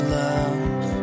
love